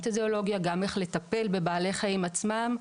גם איך לטפל בבעלי חיים עצמם,